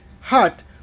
hot